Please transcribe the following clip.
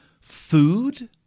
Food